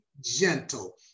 gentle